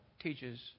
teaches